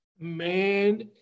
Man